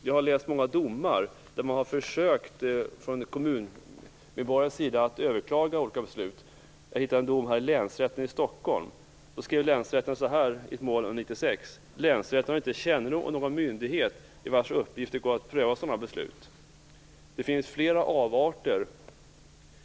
Jag har läst många domar i mål där kommuninvånare försökt överklaga beslut. Jag hittat en dom 1996 "Länsrätten har inte kännedom om någon 'myndighet' i vars uppgift det ingår att pröva sådana beslut." Det finns flera avarter.